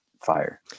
fire